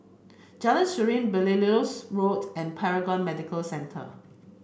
Jalan Serene Belilios Road and Paragon Medical Centre